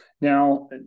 Now